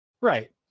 Right